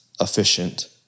efficient